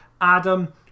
Adam